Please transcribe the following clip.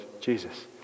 Jesus